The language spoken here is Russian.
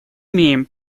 имеем